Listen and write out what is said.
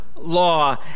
Law